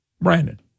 Brandon